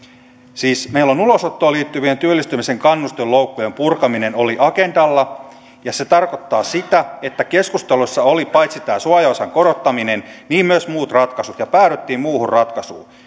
siis meillä ulosottoon liittyvien työllistymisen kannustinloukkujen purkaminen oli agendalla ja se tarkoittaa sitä että keskusteluissa oli paitsi tämä suojaosan korottaminen myös muut ratkaisut ja päädyttiin muuhun ratkaisuun